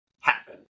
happen